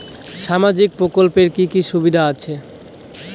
সামাজিক প্রকল্পের কি কি সুবিধা আছে?